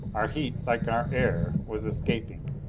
our heat, like our air, was escaping,